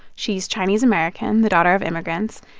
she's chinese-american, the daughter of immigrants.